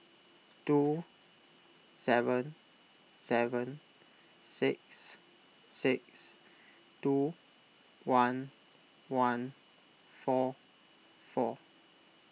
two seven seven six six two one one four four